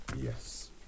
Yes